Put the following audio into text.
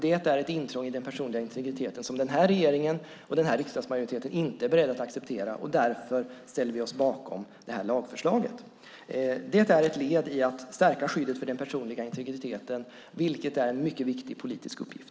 Det är ett intrång i den personliga integriteten som denna regering och denna riksdagsmajoritet inte är beredda att acceptera, och därför ställer vi oss bakom detta lagförslag. Det är ett led i att stärka skyddet för den personliga integriteten, vilket är en mycket viktig politisk uppgift.